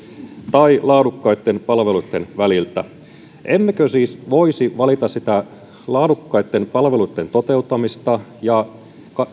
tai laadukkaitten palveluitten väliltä emmekö siis voisi valita sitä laadukkaitten palveluitten toteuttamista ja